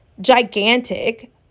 gigantic